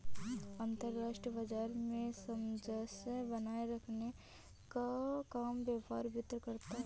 अंतर्राष्ट्रीय बाजार में सामंजस्य बनाये रखने का काम व्यापार वित्त करता है